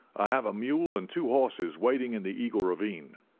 i have a mule and two horses waiting in the eagle ravine.